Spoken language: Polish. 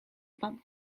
pan